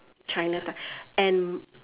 china and